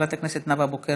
חברת הכנסת נאוה בוקר,